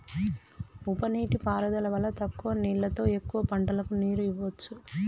ఉప నీటి పారుదల వల్ల తక్కువ నీళ్లతో ఎక్కువ పంటలకు నీరు ఇవ్వొచ్చు